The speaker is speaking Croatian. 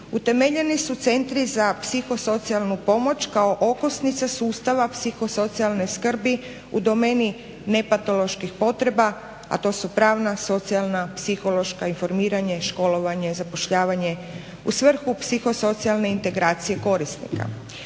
Utemeljeni su centri za psihosocijalnu pomoć kao okosnica sustava psihosocijalne skrbi u domeni nepatoloških potreba, a to su pravna, socijalna, psihološka informiranje, i školovanja, zapošljavanje u svrhu psihosocijalne integracije korisnika.